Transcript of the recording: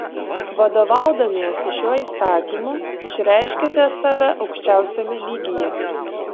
vadovaudamiesi šiuo įstatymu išreiškiate save aukščiausiame lygyje